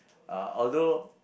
uh although